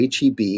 HEB